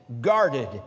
guarded